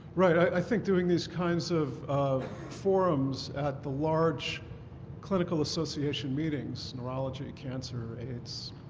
right. i think doing these kinds of of forums at the large clinical association meetings, neurology, cancer, aids,